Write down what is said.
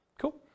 Cool